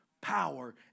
power